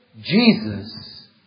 Jesus